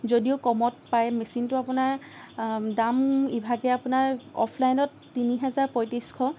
যদিও কমত পায় মেচিনটো আপোনাৰ দাম ইভাগে আপোনাৰ অফলাইনত তিনিহেজাৰ পঁইত্ৰিছশ